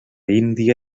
índia